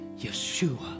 Yeshua